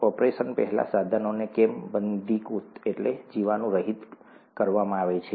operation પહેલા સાધનોને કેમ વંધ્યીકૃતજીવાણુરહિત કરેલું કરવામાં આવે છે